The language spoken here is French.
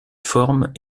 forme